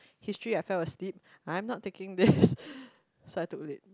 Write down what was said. history I felt asleep I am not taking this so I took a leave